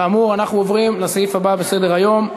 כאמור, אנחנו עוברים לסעיף הבא בסדר-היום: